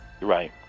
Right